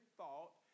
thought